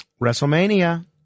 WrestleMania